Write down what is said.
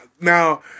Now